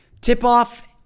Tip-off